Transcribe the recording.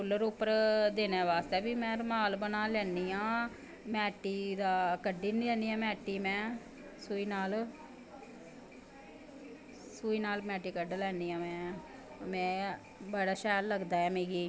cooler उप्पन बनाने बास्तै बी में रमाल बना लैन्नी आं मैट्टी जा मैट्टी बी कड्ढी लैन्नी आं सूई नाल सुई नाल मैट्टी कड्ढी लैन्नी आं में बड़ा शैल लगदा ऐ मिगी